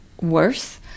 worse